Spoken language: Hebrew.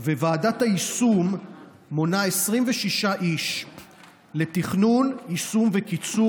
ועדת היישום מונה 26 איש לתכנון יישום וקיצור